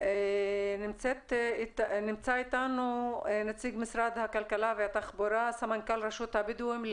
נציג משרד הכלכלה והתחבורה, סמנכ"ל רשות הבדואים,